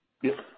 Yes